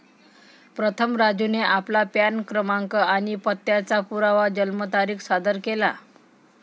प्रथम राजूने आपला पॅन क्रमांक आणि पत्त्याचा पुरावा जन्मतारीख सादर केला